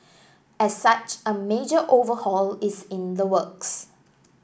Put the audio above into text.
as such a major overhaul is in the works